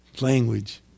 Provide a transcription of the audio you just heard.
Language